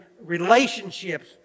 relationships